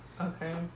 Okay